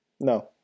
No